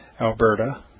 Alberta